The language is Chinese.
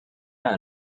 击败